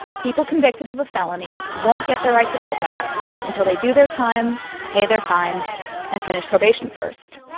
people convicted of a felony won't get their right to vote back until they do their time, pay their fines and finish probation first.